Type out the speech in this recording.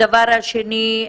הדבר השני,